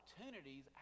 opportunities